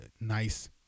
nice